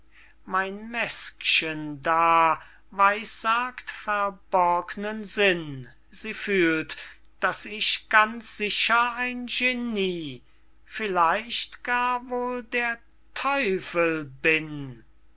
mein mäskchen da weissagt verborgnen sinn sie fühlt daß ich ganz sicher ein genie vielleicht wohl gar der teufel bin